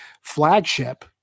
flagship